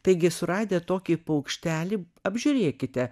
taigi suradę tokį paukštelį apžiūrėkite